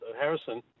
Harrison